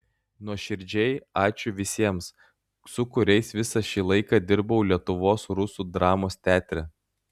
nuoširdžiai ačiū visiems su kuriais visą šį laiką dirbau lietuvos rusų dramos teatre